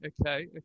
okay